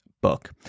book